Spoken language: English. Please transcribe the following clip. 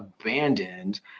abandoned